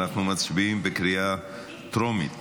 אנו מצביעים בקריאה טרומית